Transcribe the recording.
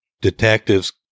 detectives